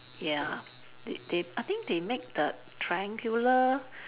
ya they they I think they make the triangular